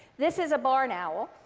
this is a barn owl.